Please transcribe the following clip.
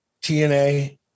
TNA